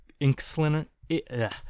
Inkslinger